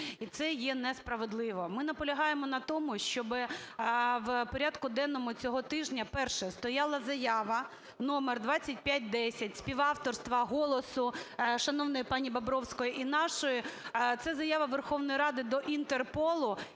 і це є несправедливо. Ми наполягаємо на тому, щоб в порядку денному цього тижня – перше: стояла заява номер 2510 співавторства "Голосу", шановної пані Бобровської, і нашої. Це заява Верховної Ради до Інтерполу,